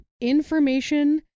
information